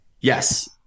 Yes